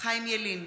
חיים ילין,